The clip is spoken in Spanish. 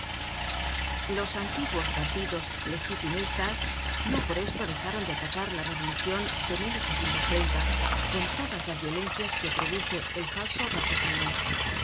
los antiguos partidos legitimistas no por esto dejaron de atacar la revolucion de con todas las violencias que produce el falso raciocinio